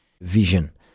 vision